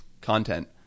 content